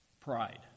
Pride